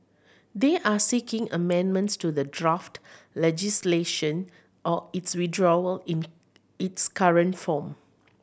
they are seeking amendments to the draft legislation or its withdrawal in its current form